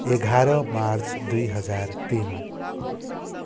एघार मार्च दुई हजार तिन